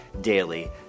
daily